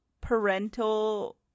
parental